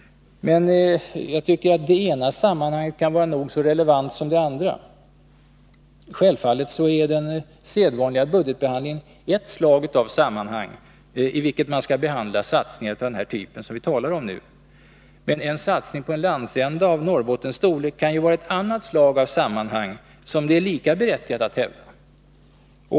Men jag tycker att det ena sammanhanget kan vara nog så relevant som det andra. Självfallet är den sedvanliga budgetbehandlingen ett slag av sammanhang i vilket man skall behandla satsningar av den typ som vi talar om nu, men en satsning på en landsända av Norrbottens storlek kan vara ett annat slag av sammanhang som det är lika berättigat att hävda.